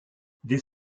dès